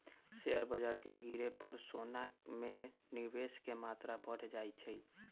share बाजार के गिरे पर सोना में निवेश के मत्रा बढ़ जाइ छइ